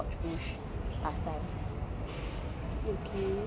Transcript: you okay